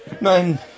Nein